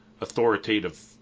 authoritative